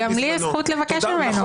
גם לי יש זכות לבקש ממנו.